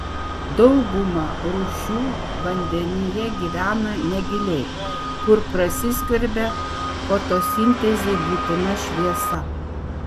dauguma rūšių vandenyje gyvena negiliai kur prasiskverbia fotosintezei būtina šviesa